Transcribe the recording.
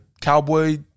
cowboy